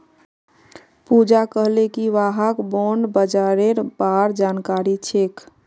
पूजा कहले कि वहाक बॉण्ड बाजारेर बार जानकारी छेक